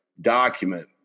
document